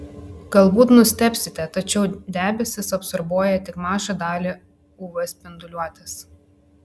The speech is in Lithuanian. galbūt nustebsite tačiau debesys absorbuoja tik mažą dalį uv spinduliuotės